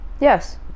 Yes